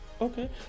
Okay